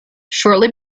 shortly